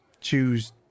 choose